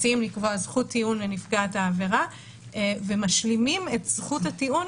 מציעים לקבוע זכות טיעון לנפגעת העבירה ומשלימים את זכות הטיעון